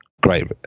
great